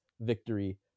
victory